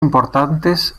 importantes